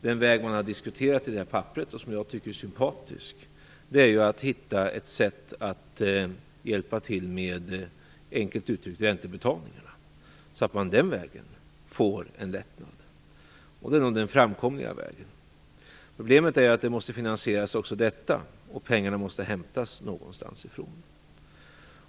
Den väg som har diskuterats i det här papperet och som jag tycker är sympatisk är ju att hitta ett sätt att hjälpa till med, enkelt uttryckt, räntebetalningarna för att på den vägen ge en lättnad. Det är nog den framkomliga vägen. Problemet är att också detta måste finansieras, och pengarna måste hämtas någonstans ifrån.